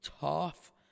Tough